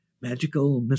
magical